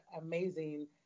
amazing